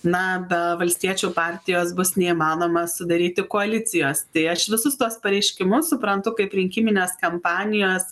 na be valstiečių partijos bus neįmanoma sudaryti koalicijos tai aš visus tuos pareiškimus suprantu kaip rinkiminės kampanijos